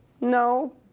No